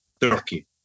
Turkey